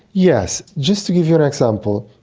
yes. just give you an example,